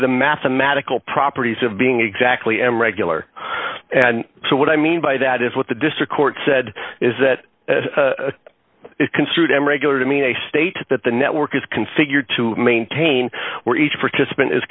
the mathematical properties of being exactly in regular and so what i mean by that is what the district court said is that it construed and regular to mean a state that the network is configured to maintain were each participant is